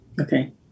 Okay